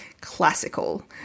classical